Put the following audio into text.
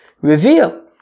reveal